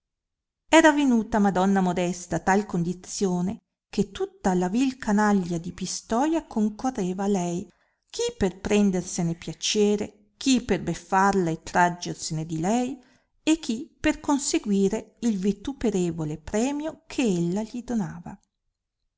era venuta madonna modesta a tal condizione che tutta la vii canaglia di pistoia concorreva a lei chi per prendersene piacere chi per beffarla e traggersene di lei e chi per conseguire il vituperevole premio che ella gli donava